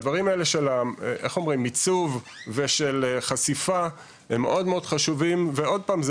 הדברים של עיצוב וחשיפה הם מאוד חשובים ועוד פעם,